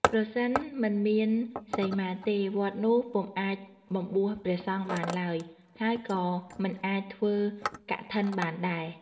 ប្រសិនមិនមានសីមាទេ វត្តនោះពុំអាចបំបួសព្រះសង្ឃបានឡើយ ហើយក៏មិនអាចធ្វើកឋិនបានដែរ។